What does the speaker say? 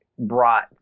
brought